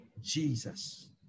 Jesus